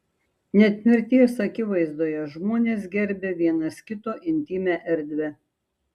net mirties akivaizdoje žmonės gerbia vienas kito intymią erdvę